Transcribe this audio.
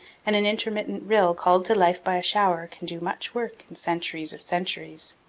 and an intermittent rill called to life by a shower can do much work in centuries of centuries.